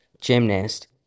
gymnast